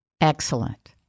Excellent